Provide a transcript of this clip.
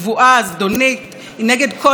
נגד ארגוני החברה,